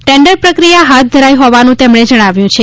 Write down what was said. tender પ્રક્રિયા હાથ ધરાઇ હોવાનું તેમણે ઉમેર્યું છે